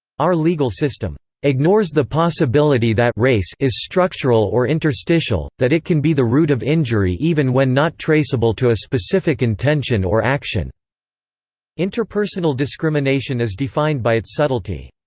our legal system ignores the possibility that race is structural or interstitial, that it can be the root of injury even when not traceable to a specific intention or action interpersonal discrimination is defined by its subtlety.